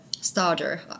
starter